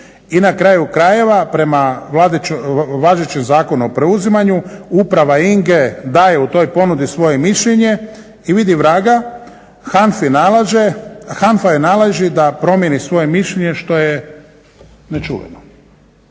I na kraju krajeva prema važećem zakonu o preuzimanju uprava Ingre daje u toj ponudi svoje mišljenje i vidi vraga HANFA-i nalaže, HANFA joj naloži da promijeni svoje mišljenje što je nečuveno